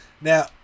now